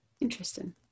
interesting